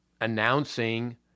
announcing